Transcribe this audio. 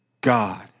God